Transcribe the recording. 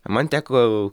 man teko